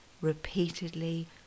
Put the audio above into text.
repeatedly